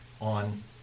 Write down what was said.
on